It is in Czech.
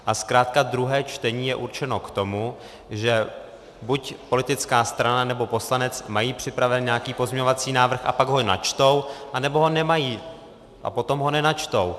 A zkrátka druhé čtení je určeno k tomu, že buď politická strana, nebo poslanec mají připraven nějaký pozměňovací návrh a pak ho načtou, anebo ho nemají a potom ho nenačtou.